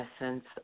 essence